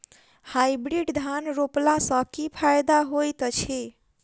Hybrid धान रोपला सँ की फायदा होइत अछि?